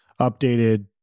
updated